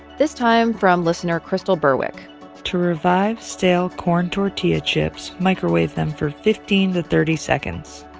this time from listener crystal berwick to revive stale corn tortilla chips, microwave them for fifteen to thirty seconds.